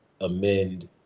amend